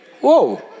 Whoa